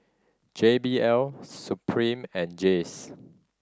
J B L Supreme and Jays